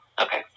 Okay